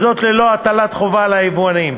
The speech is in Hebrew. ללא הטלת חובה על היבואנים.